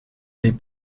les